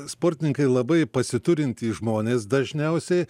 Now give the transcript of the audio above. sportininkai labai pasiturintys žmonės dažniausiai